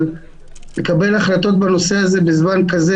אבל לקבל החלטות בנושא הזה בזמן כזה,